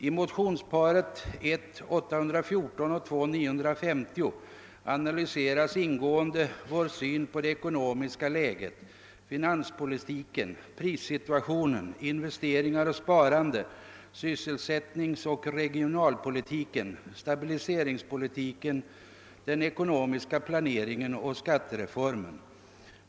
I motionsparet I: 814 och II: 950 analyseras ingående vår syn på det ekonomiska läget, finanspolitiken, prissituationen, investeringar och sparande, sysselsättningsoch regionalpolitiken, stabiliseringspolitiken, den ekonomiska planeringen och skattereformen.